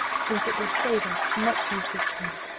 since it will save us much useless pain.